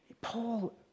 Paul